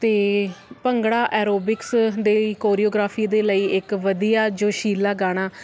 ਅਤੇ ਭੰਗੜਾ ਐਰੋਬਿਕਸ ਦੇ ਕੋਰੀਓਗ੍ਰਾਫੀ ਦੇ ਲਈ ਇੱਕ ਵਧੀਆ ਜੋਸ਼ੀਲਾ ਗਾਣਾ